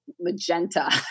magenta